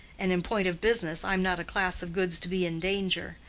and in point of business, i'm not a class of goods to be in danger.